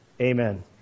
Amen